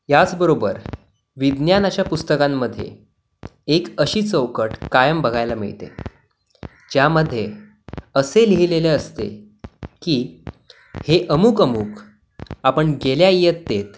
याचबरोबर विज्ञानाच्या पुस्तकांमध्ये एक अशी चौकट कायम बघायला मिळते ज्यामध्ये असे लिहिलेले असते की हे अमुक अमुक आपण गेल्या इयत्तेत